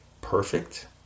perfect